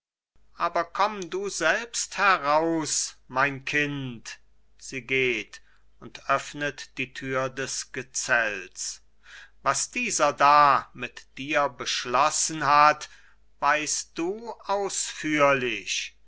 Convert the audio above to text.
aber komm du selbst heraus mein kind sie geht und öffnet die thür des gezelts was dieser da mit dir beschlossen hat weiß du ausführlich